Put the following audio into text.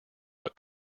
but